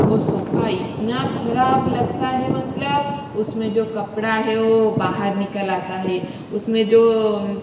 वो सोफा इतना खराब लगता है मतलब उसमें जो कपड़ा है वो बाहर निकल आता है उसमें जो